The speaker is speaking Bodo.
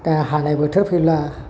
दा हानाय बोथोर फैब्ला